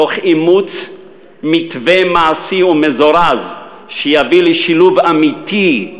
תוך אימוץ מתווה מעשי ומזורז שיביא לשילוב אמיתי,